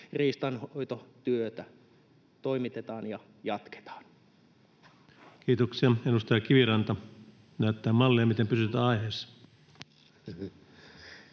riistanhoitotyötä toimitetaan ja jatketaan. Kiitoksia. — Edustaja Kiviranta näyttää mallia, miten pysytään aiheessa.